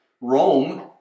Rome